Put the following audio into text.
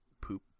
poop